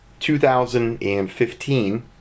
2015